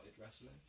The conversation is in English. wrestling